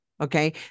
Okay